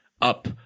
up